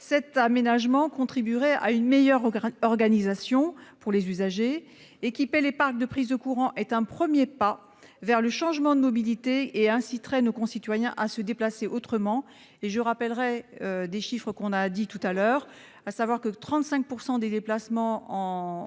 Cet aménagement contribuerait à une meilleure organisation pour les usagers. Équiper les parcs de prises de courant est un premier pas vers le changement de mobilité et inciterait nos concitoyens à se déplacer autrement. Je veux rappeler des chiffres cités précédemment : 35 % des déplacements en voiture